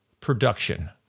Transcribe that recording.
production